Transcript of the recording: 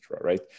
right